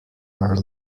are